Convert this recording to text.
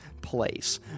Place